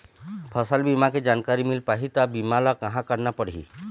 फसल बीमा के जानकारी मिल पाही ता बीमा ला कहां करना पढ़ी?